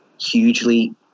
hugely